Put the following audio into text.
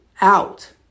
out